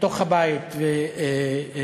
בתוך הבית וכדומה,